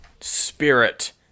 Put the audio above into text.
Spirit